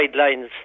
guidelines